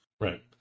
Right